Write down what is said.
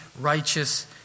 righteous